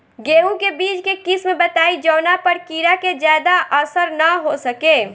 गेहूं के बीज के किस्म बताई जवना पर कीड़ा के ज्यादा असर न हो सके?